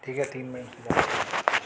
ठीकु आहे तीन मिनट